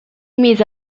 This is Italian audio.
mise